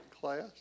class